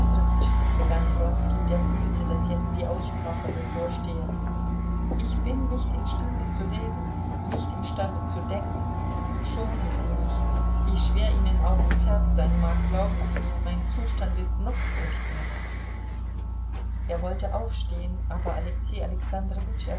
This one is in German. begann wronski der fühlte daß jetzt die aussprache bevorstehe ich bin nicht imstande zu reden nicht imstande zu denken schonen sie mich wie schwer ihnen auch ums herz sein mag glauben sie mir mein zustand ist noch furchtbarer er wollte aufstehen aber alexei